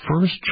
first